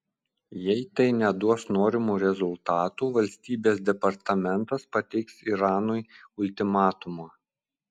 jei tai neduos norimų rezultatų valstybės departamentas pateiks iranui ultimatumą